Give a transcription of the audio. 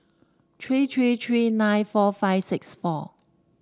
three three three nine four five six four